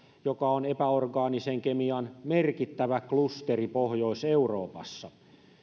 joka on epäorgaanisen kemian merkittävä klusteri pohjois euroopassa